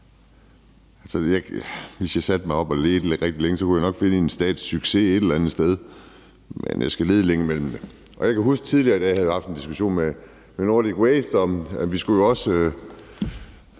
Hvis jeg satte mig til at lede, kunne jeg nok finde en statssucces et eller andet sted, men jeg skulle lede længe. Jeg kan huske, at jeg tidligere i dag havde haft en diskussion om Nordic Waste, i forhold